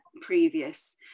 previous